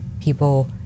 people